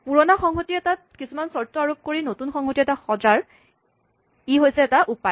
পুৰণা সংহতি এটাত কিছুমান চৰ্ত আৰোপ কৰি নতুন সংহতি এটা সজাৰ ই হৈছে এটা উপায়